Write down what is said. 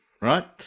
right